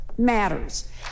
matters